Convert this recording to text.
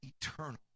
eternal